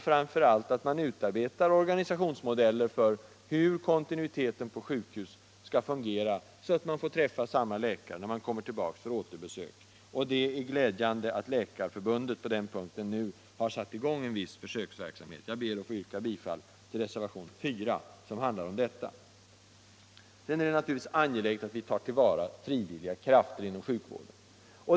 Framför allt måste man utarbeta organisationsmodeller för hur kontinuiteten på sjukhusen skall fungera så att patienterna får träffa samma läkare när de kommer tillbaka på återbesök. Det är glädjande att Läkarförbundet nu har satt i gång en viss försöksverksamhet i detta syfte. Jag ber att få yrka bifall till reservationen 4, som handlar om detta. Det är angeläget att ta till vara frivilliga krafter inom sjukvården.